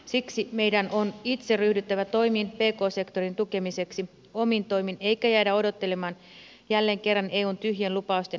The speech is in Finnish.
siksi meidän on itse ryhdyttävä toimiin pk sektorin tukemiseksi omin toimin eikä jäädä odottelemaan jälleen kerran eun tyhjien lupausten haihtumista ilmaan